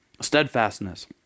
steadfastness